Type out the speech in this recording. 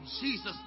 Jesus